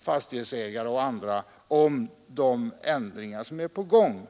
fastighetsägare och andra om de ändringar som är på gång?